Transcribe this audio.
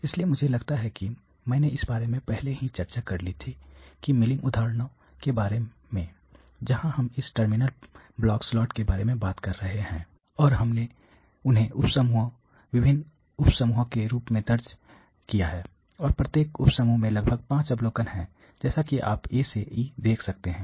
इसलिए मुझे लगता है कि मैंने इस बारे में पहले ही चर्चा कर ली थी कि मिलिंग उदाहरणों के बारे में जहां हम इस टर्मिनल ब्लॉक स्लॉट के बारे में बात कर रहे हैं और हमने उन्हें उप समूह विभिन्न उप समूहों के रूप में दर्ज किया है और प्रत्येक उप समूह में लगभग 5 अवलोकन हैं जैसा कि आप A से E देख सकते हैं